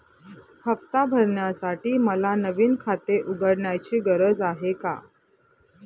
हफ्ता भरण्यासाठी मला नवीन खाते उघडण्याची गरज आहे का?